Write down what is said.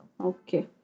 okay